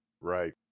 Right